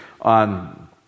on